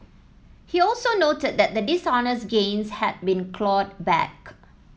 he also noted that the dishonest gains had been clawed back